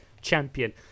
champion